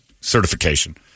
certification